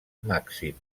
màxim